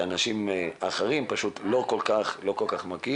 את האנשים האחרים פשוט לא כל כך מכיר.